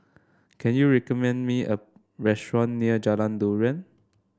can you recommend me a restaurant near Jalan Durian